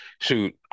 shoot